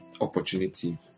opportunity